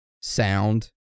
Sound